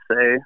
say